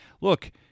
Look